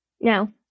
No